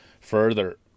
further